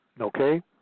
Okay